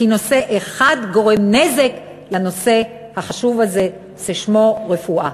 כי נושא אחד גורם נזק לנושא החשוב הזה ששמו רפואה.